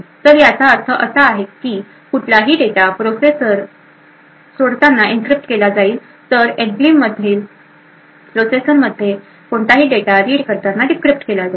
तर याचा अर्थ असा आहे की कुठलाही डेटा प्रोसेसर सोडताना एन्क्रिप्ट केला जाईल तर एनक्लेव्ह मधील प्रोसेसरमध्ये कोणताही डेटा रीड करताना डिक्रिप्ट केला जाईल